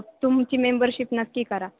तुमची मेंबरशिप नक्की करा